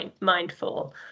mindful